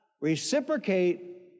reciprocate